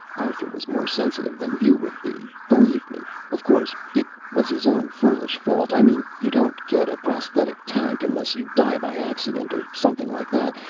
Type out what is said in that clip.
arthur was more sensitive than you would be, believe me. of course, it was his own foolish fault i mean you don't get a prosthetic tank unless you die by accident, or something like that,